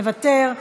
מוותר,